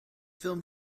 film